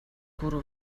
kuru